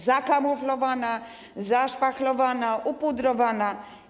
Zakamuflowana, zaszpachlowana, upudrowana.